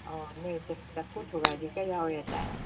ꯑꯣ ꯃꯣꯏꯁꯦ ꯆꯐꯨ ꯊꯨꯒꯥꯏꯕꯤꯒ ꯌꯥꯎꯋꯦꯗꯥꯏ